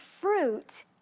fruit